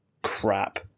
crap